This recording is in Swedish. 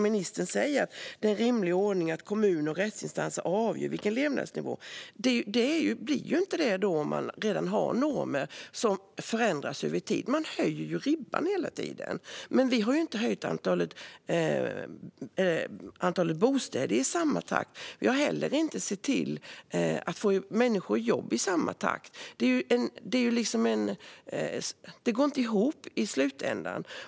Ministern säger att det är en rimlig ordning att kommuner och rättsinstanser avgör vad som är en rimlig levnadsnivå, men det blir det inte om normerna förändras över tid. Man höjer ju ribban hela tiden. Men vi har inte ökat antalet bostäder i samma takt. Vi har heller inte sett till att få människor i jobb i samma takt. Det går inte ihop i slutändan.